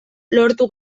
lortu